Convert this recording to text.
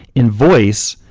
in voice,